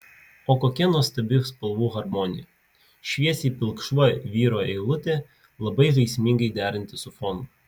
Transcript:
o kokia nuostabi spalvų harmonija šviesiai pilkšva vyro eilutė labai žaismingai deranti su fonu